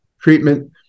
treatment